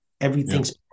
Everything's